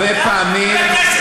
למה הוא מקבל כסף?